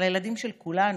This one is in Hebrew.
של הילדים של כולנו,